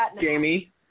Jamie